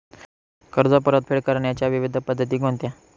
कर्ज परतफेड करण्याच्या विविध पद्धती कोणत्या?